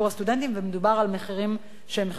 מדובר על מחירים שהם מחירים מוזלים.